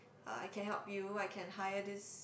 uh I can help you I can hire this